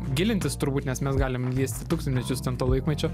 gilintis turbūt nes mes galim liesti tūkstančius ten to laikmečio